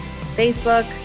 Facebook